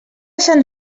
sant